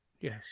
Yes